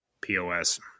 pos